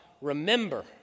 remember